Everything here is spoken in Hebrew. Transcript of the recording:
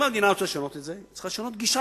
אם המדינה רוצה לשנות את זה היא צריכה לשנות גישה,